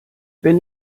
wenn